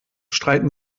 streiten